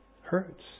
hurts